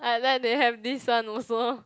ah then they have this one also